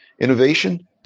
innovation